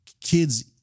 kids